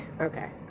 Okay